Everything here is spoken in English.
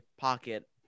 Pocket